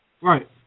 Right